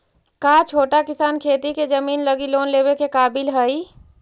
का छोटा किसान खेती के जमीन लगी लोन लेवे के काबिल हई?